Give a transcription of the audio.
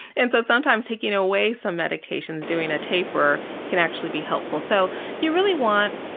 and so sometimes taking away some medications doing a taper can actually be helpful. so you really want,